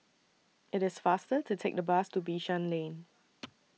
IT IS faster to Take The Bus to Bishan Lane